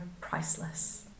priceless